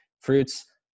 fruits